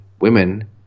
women